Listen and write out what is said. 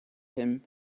him